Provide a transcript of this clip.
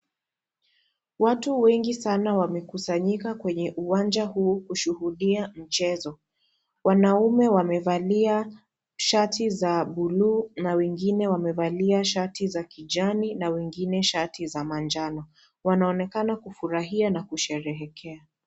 Watu wengi sana wamekusanyika katika uwanja huu kushuhudia mchezo. Wanaume wamevalia shati za buluu na wengine wamevalia shati za kijani, na wengine shati za manjano. Wanaonekana kufurahia na kusherehekea.